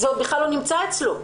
זה עוד בכלל לא נמצא אצלו.